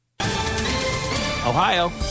Ohio